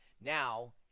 now